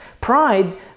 Pride